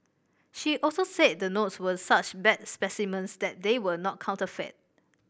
she also said the notes were such bad specimens that they were not counterfeit